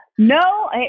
No